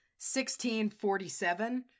1647